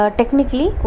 technically